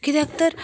कित्याक तर